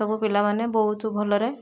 ସବୁ ପିଲାମାନେ ବହୁତ ଭଲରେ